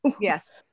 Yes